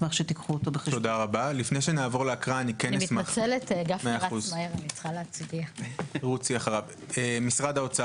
הזה בתוך קרן הניקיון בדגש על מה נדרש ומה בוצע או מה לא.